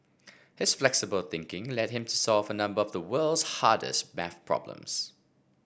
his flexible thinking led him solve a number of the world's hardest maths problems